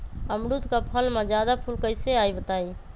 अमरुद क फल म जादा फूल कईसे आई बताई?